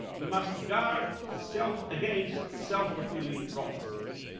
we must guard so against self-fulfilling prophecies.